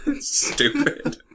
Stupid